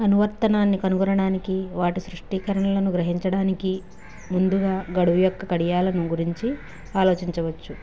అనువర్తనాన్ని కనుగొనడానికి వాటి సృష్టికరణలను గ్రహించడానికి ముందుగా గడువు యొక్క కడియాలను గురించి ఆలోచించవచ్చు